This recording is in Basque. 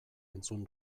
entzun